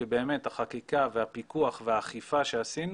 כי באמת החקיקה והפיקוח והאכיפה שעשינו,